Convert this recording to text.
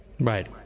right